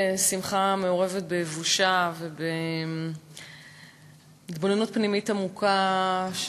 זו שמחה מעורבת בבושה ובהתבוננות פנימית עמוקה,